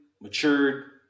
matured